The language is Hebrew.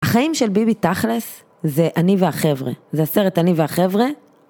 החיים של ביבי תכלס זה אני והחבר'ה, זה הסרט אני והחבר'ה.